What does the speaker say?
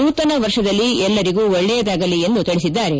ನೂತನ ವರ್ಷದಲ್ಲಿ ಎಲ್ಲರಿಗೂ ಒಳ್ಳೆಯದಾಗಲಿ ಎಂದು ತಿಳಿಸಿದ್ದಾರೆ